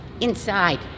Inside